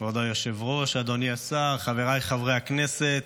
כבוד היושב-ראש, אדוני השר, חבריי חברי הכנסת,